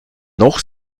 noch